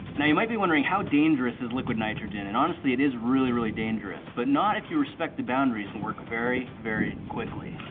you might be wondering how dangerous is liquid-nitrogen and, honestly, it is really, really dangerous. but not if you respect the boundaries and work very, very quickly.